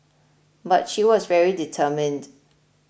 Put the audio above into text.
but she was very determined